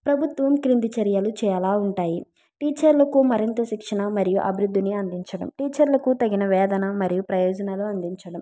ప్రభుత్వం క్రింది చర్యలు చేసేలాగా ఉంటాయి టీచర్లకు మరింత శిక్షణ మరియు అభివృద్ధిని అందించడం టీచర్లకు తగిన వేతనం మరియు ప్రయోజనాలు అందించడం